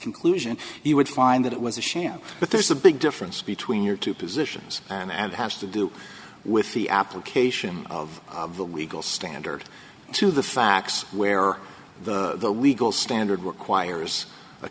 conclusion you would find that it was a sham but there's a big difference between your two positions on and has to do with the application of the week old standard to the facts where the legal standard requires a